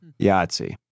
Yahtzee